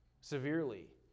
severely